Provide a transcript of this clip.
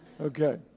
Okay